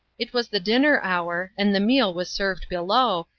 it was the dinner hour, and the meal was served below,